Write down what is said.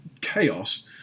chaos